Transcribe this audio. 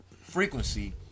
frequency